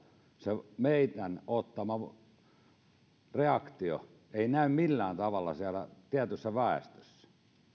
se meidän reaktiomme ei näy millään tavalla siellä tietyssä väestössä